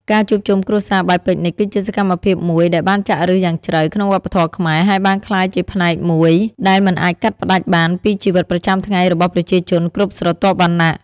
ការជួបជុំគ្រួសារបែបពិកនិច គឺជាសកម្មភាពមួយដែលបានចាក់ឫសយ៉ាងជ្រៅក្នុងវប្បធម៌ខ្មែរ ហើយបានក្លាយជាផ្នែកមួយដែលមិនអាចកាត់ផ្តាច់បានពីជីវិតប្រចាំថ្ងៃរបស់ប្រជាជនគ្រប់ស្រទាប់វណ្ណៈ។